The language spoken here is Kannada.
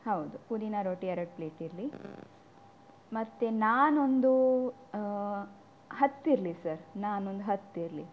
ಹೌದು ಪುದೀನ ರೋಟಿ ಎರಡು ಪ್ಲೇಟ್ ಇರಲಿ ಮತ್ತು ನಾನ್ ಒಂದು ಹತ್ತಿರಲಿ ಸರ್ ನಾನ್ ಒಂದು ಹತ್ತಿರಲಿ